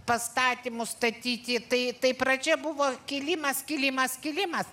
pastatymus statyti tai tai pradžia buvo kilimas kilimas kilimas